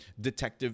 Detective